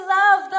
love